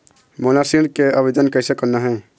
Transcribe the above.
मोला ऋण के आवेदन कैसे करना हे?